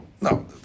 No